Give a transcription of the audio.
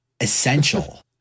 essential